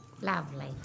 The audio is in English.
Lovely